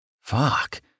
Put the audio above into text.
Fuck